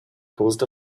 caused